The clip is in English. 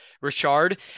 Richard